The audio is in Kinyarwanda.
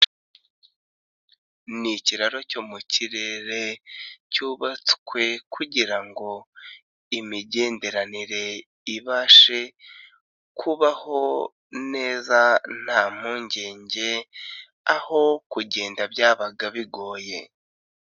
N'ikiraro cyo mu kirere, cyubatswe kugira ngo imigenderanire ibashe kubaho neza nta mpungenge, aho kugenda byabaga bigoye.